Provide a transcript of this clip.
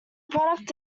product